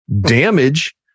damage